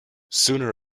sooner